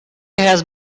has